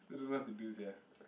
still don't know what to do sia